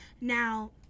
Now